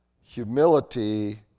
humility